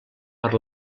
per